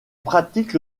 pratique